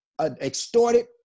extorted